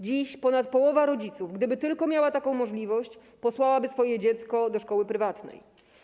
Dziś ponad połowa rodziców, gdyby tylko miała taką możliwość, posłałaby swoje dziecko do szkoły prywatnej.